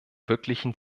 wirklichen